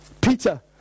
Peter